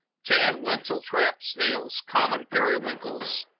tan wentletrap snails, common periwinkles,